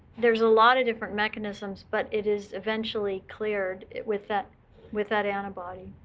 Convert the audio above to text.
there's a lot of different mechanisms, but it is eventually cleared with that with that antibody.